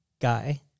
guy